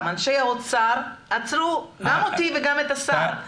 אנשי האוצר עצרו גם אותי וגם את השר.